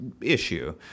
issue